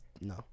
no